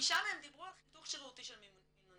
חמישה מהם דיברו על חיתוך שרירותי של מינונים.